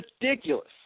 ridiculous